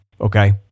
okay